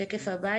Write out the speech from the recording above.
השקף הבא הוא